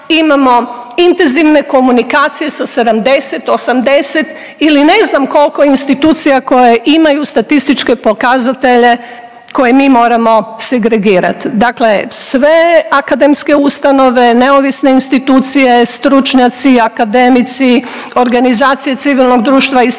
imamo intenzivne komunikacije sa 70, 80 ili ne znam kolko institucija koje imaju statističke pokazatelje koje mi moramo segregirat. Dakle, sve akademske ustanove, neovisne institucije, stručnjaci, akademici, organizacije civilnog društva, istraživači